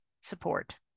Support